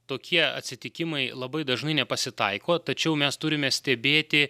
tokie atsitikimai labai dažnai nepasitaiko tačiau mes turime stebėti